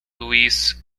louise